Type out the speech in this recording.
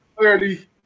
clarity